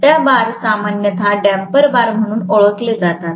त्या बार सामान्यत damper bar म्हणून ओळखले जातात